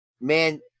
man